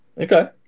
Okay